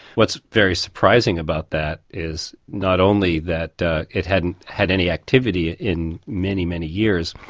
what's very surprising about that is not only that it hadn't had any activity in many, many years,